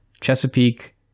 Chesapeake